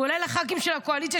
כולל שהח"כים של הקואליציה,